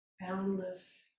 boundless